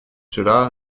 cela